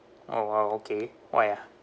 oh !wow! okay why ah